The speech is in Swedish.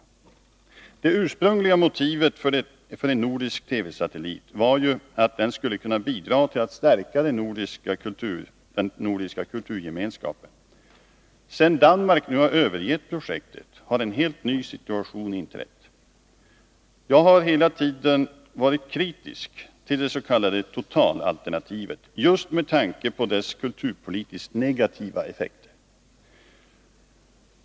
Det 159 ursprungliga motivet för en nordisk TV-satellit var att den skulle kunna bidra till att stärka den nordiska kulturgemenskapen. Sedan Danmark övergett projektet har en helt ny situation inträtt. Jag har hela tiden varit kritisk till det s.k. totalalternativet just med tanke på dess kulturpolitiskt negativa effekter.